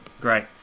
Great